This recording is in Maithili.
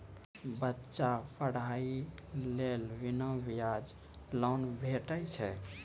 बच्चाक पढ़ाईक लेल बिना ब्याजक लोन भेटै छै?